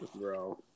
bro